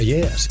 Yes